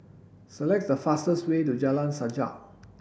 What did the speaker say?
select the fastest way to Jalan Sajak